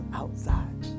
outside